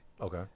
okay